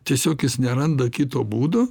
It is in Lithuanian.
tiesiog jis neranda kito būdo